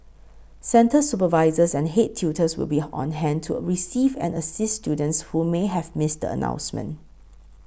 centre supervisors and head tutors will be on hand to a receive and assist students who may have missed announcement